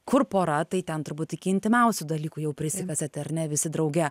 kur pora tai ten turbūt iki intymiausių dalykų jau prisikasat ar ne visi drauge